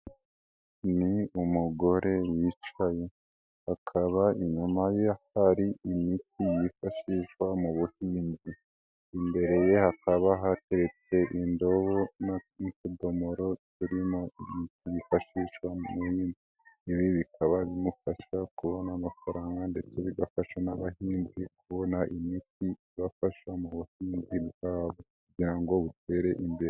Ni umugore wicaye, hakaba inyuma ye hari imiti yifashishwa mu buhinzi. Imbere ye hakaba hateretse indobo n'utudomoro turimo kwifashishwa, ibi bikaba bimufasha kubona amafaranga ndetse bigafasha n'abahinzi kubona imiti ibafasha mu buhinzi bwabo kugira ngo butere imbere.